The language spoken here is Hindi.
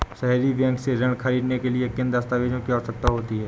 सहरी बैंक से ऋण ख़रीदने के लिए किन दस्तावेजों की आवश्यकता होती है?